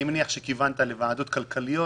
אני מניח שכיוונת לוועדות כלכליות,